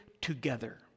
together